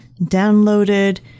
downloaded